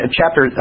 chapter